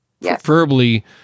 preferably